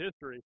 history